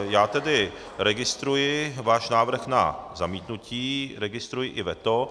Já tedy registruji váš návrh na zamítnutí, registruji i veto.